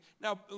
now